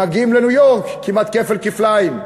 מגיעים לניו-יורק, כמעט כפל כפליים,